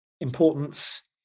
importance